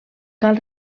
cal